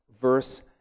verse